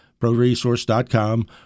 ProResource.com